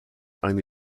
eine